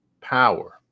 power